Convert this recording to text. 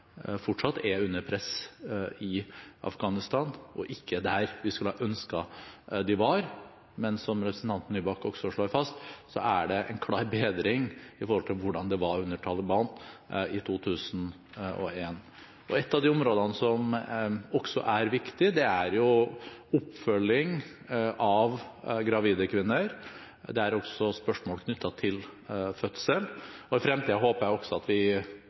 fortsatt er under press i Afghanistan, og ikke der vi skulle ønsket de var. Men som representanten Nybakk også slår fast, er det en klar bedring i forhold til hvordan det var under Taliban i 2001. Et av de områdene som også er viktig, er oppfølging av gravide kvinner og spørsmål knyttet til fødsel, og i fremtiden håper jeg også at vi